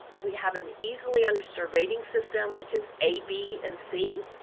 we have an easily understood rating system, which is a, b, and c,